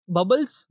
bubbles